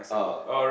oh